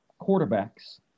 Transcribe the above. quarterbacks –